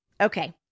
Okay